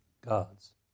God's